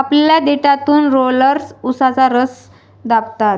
कापलेल्या देठातून रोलर्स उसाचा रस दाबतात